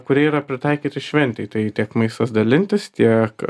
kurie yra pritaikyti šventei tai tiek maistas dalintis tiek